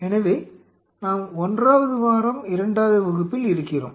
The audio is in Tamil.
எனவே நாம் 1 வது வாரம் 2 வது வகுப்பில் இருக்கிறோம்